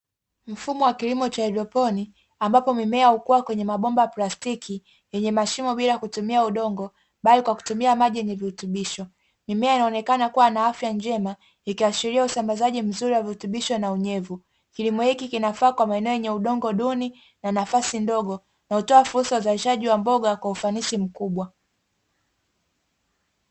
Mfumo wa kilimo cha haidroponi, mbapo mimea hukua kwenye mabomba ya plastiki yenye mashimo bila kutumia udongo, bali kwa kutumia maji yenye virutubisho. Mimea inaonekana kuwa na afya njema, ikiashiria usambazaji mzuri wa virutubisho na unyevu. Kilimo hiki kinafaa kwa maeneo yenye udongo duni na nafasi ndogo, na hutoa fursa ya uzalishaji wa mboga kwa ufanisi mkubwa.